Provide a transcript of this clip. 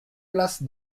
place